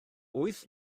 wyth